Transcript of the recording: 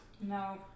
No